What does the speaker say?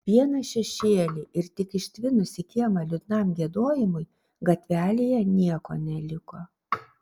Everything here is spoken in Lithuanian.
vieną šešėlį ir tik ištvinus į kiemą liūdnam giedojimui gatvelėje nieko neliko